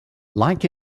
like